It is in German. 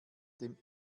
dem